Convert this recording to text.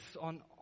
on